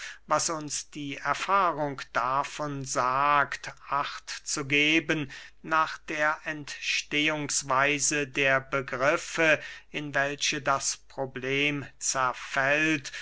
was uns die erfahrung davon sagt acht zu geben nach der entstehungsweise der begriffe in welche das problem zerfällt